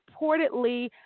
reportedly